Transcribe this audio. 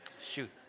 Shoot